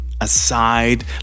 aside